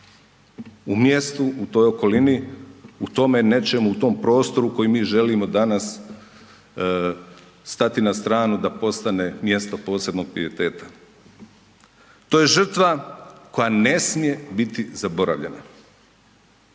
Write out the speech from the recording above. u mjestu, u toj okolini, u tome nečemu, u tom prostoru koji mi želimo danas stati na stranu da postane mjesto posebnog pijeteta. To je žrtva koja ne smije biti zaboravljena,